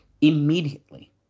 Immediately